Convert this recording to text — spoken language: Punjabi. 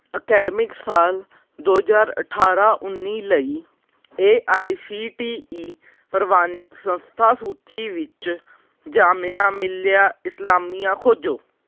ਅਕੈਡਮਿਕ ਸਾਲ ਦੋ ਹਜ਼ਾਰ ਅਠਾਰ੍ਹਾਂ ਉੱਨੀ ਲਈ A I C T E ਪ੍ਰਵਾਨਿਤ ਸੰਸਥਾ ਸੂਚੀ ਵਿੱਚ ਜਾਮੀਆਂ ਮਿਲੀਆਂ ਇਸਲਾਮੀਆਂ ਖੋਜੋ